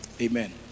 Amen